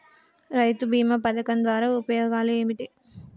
రైతు బీమా పథకం ద్వారా ఉపయోగాలు ఏమిటి?